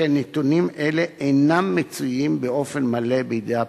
שכן נתונים אלה אינם מצויים באופן מלא בידי הפרקליטות.